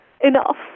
enough